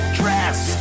dress